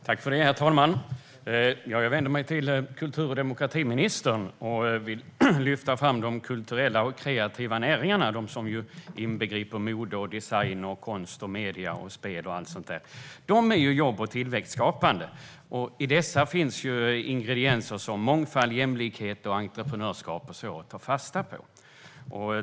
Herr talman! Jag vänder mig till kultur och demokratiministern, och jag vill lyfta fram de kulturella och kreativa näringarna. Det inbegriper mode, design, konst, medier, spel och allt sådant där. Dessa näringar är jobb och tillväxtskapande, och i dem finns ingredienser som mångfald, jämlikhet och entreprenörskap att ta fasta på.